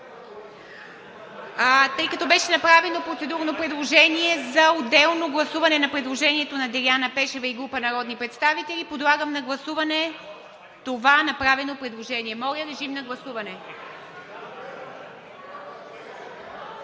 Тъй като беше направено процедурно предложение за отделно гласуване на предложението на Деляна Пешева и група народни представители, подлагам на гласуване това направено предложение. (Шум и реплики.)